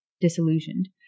Disillusioned